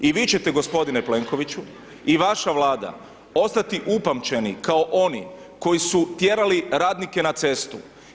I vi ćete g. Plenkoviću i vaša Vlada ostati upamćeni kao oni koji su tjerali radnike na cestu.